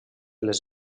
les